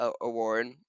Award